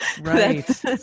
Right